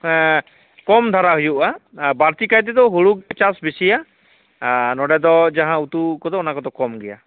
ᱠᱚᱢ ᱫᱷᱟᱨᱟ ᱦᱩᱭᱩᱜᱼᱟ ᱵᱟᱹᱲᱛᱤ ᱠᱟᱭᱛᱮᱫᱚ ᱦᱩᱲᱩ ᱪᱟᱥ ᱵᱤᱥᱤᱭᱟ ᱱᱚᱰᱮ ᱫᱚ ᱡᱟᱦᱟᱸ ᱩᱛᱩ ᱠᱚᱫᱚ ᱚᱱᱟ ᱠᱚᱫᱚ ᱠᱚᱢ ᱜᱮᱭᱟ